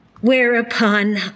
Whereupon